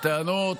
אז מה,